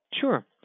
Sure